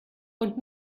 und